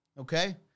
Okay